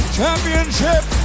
championship